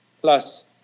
Plus